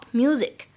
music 。